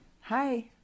Hi